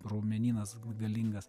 raumenynas galingas